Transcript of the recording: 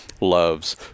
loves